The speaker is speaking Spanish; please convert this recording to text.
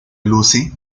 lucy